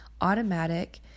automatic